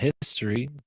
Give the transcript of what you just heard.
history